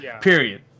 period